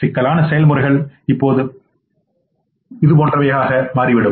சிக்கலான செயல்முறைகள் இப்போது இது போன்றவையாக இருக்கும்